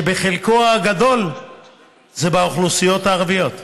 שבחלקו הגדול זה באוכלוסיות הערביות,